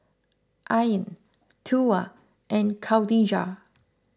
Ain Tuah and Khadija